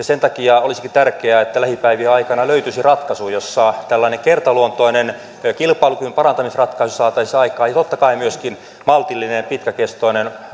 sen takia olisikin tärkeää että lähipäivien aikana löytyisi ratkaisu jossa tällainen kertaluontoinen kilpailukyvyn parantamisratkaisu saataisiin aikaan ja totta kai myöskin maltillinen ja pitkäkestoinen